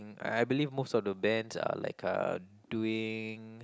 I I believe most of the bands are like uh doing